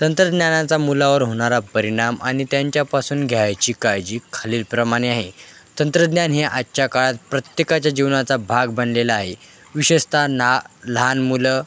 तंत्रज्ञानाचा मुलावर होणारा परिणाम आणि त्यांच्यापासून घ्यायची काळजी खालीलप्रमाणे आहे तंत्रज्ञान हे आजच्या काळात प्रत्येकाच्या जीवनाचा भाग बनलेला आहे विशेषतः ना लहान मुलं